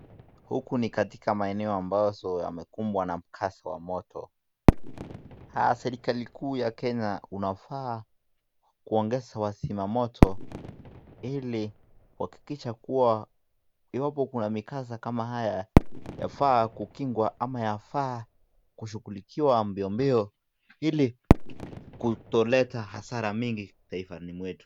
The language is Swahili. Huku ni katika maeneo ambazo yamekumbwa na mkasa wa moto. Serikali kuu ya Kenya unafaa, kuongeza wazima moto ili kuhakikisha kuwa, iwapo kuna mikasa kama haya, yafaa kukingwa ama yafaa kushughulikiwa mbio mbio ili kutoleta hasara mingi taifani mwetu.